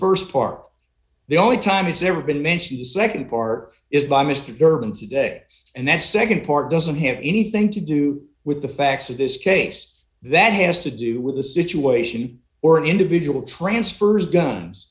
st part the only time it's ever been mentioned the nd part is by mr durham today and that nd part doesn't have anything to do with the facts of this case that has to do with the situation or individual transfers guns